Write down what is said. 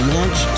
Launch